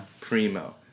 Primo